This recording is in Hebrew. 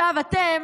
עכשיו אתם,